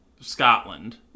Scotland